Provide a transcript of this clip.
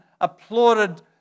applauded